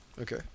Okay